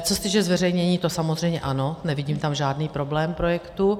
Co se týče zveřejnění, to samozřejmě ano, nevidím tam žádný problém projektu.